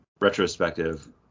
retrospective